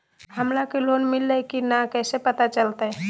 हमरा के लोन मिल्ले की न कैसे पता चलते?